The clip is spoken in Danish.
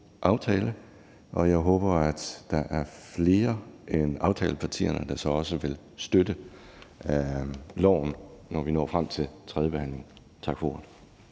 og jeg håber, at der er flere end aftalepartierne, der så også vil støtte lovforslaget, når vi når frem til tredjebehandlingen. Tak for